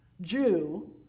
Jew